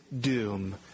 doom